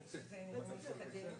אני יודע שהם עושים עבודה טובה.